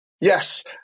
Yes